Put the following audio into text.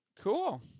Cool